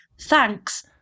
Thanks